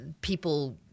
people